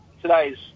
today's